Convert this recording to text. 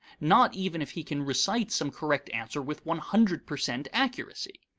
not even if he can recite some correct answer with one hundred per cent accuracy.